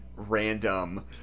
random